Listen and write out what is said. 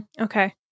Okay